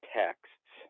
texts